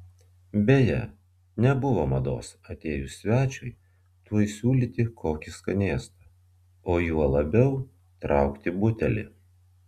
beje nebuvo mados atėjus svečiui tuoj siūlyti kokį skanėstą o juo labiau traukti butelį